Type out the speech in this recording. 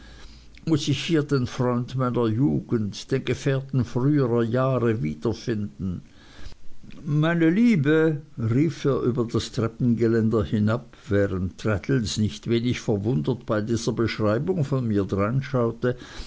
muß ich hier den freund meiner jugend den gefährten früherer jahre wiederfinden meine liebe rief er über das treppengeländer hinab während traddles nicht wenig verwundert bei dieser beschreibung von mir